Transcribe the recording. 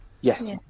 Yes